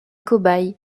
cobaye